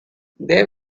they